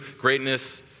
greatness